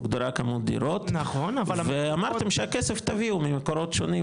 הוגדרה כמות הדירות ואמרתם שהכסף תביאו ממקורות שונים,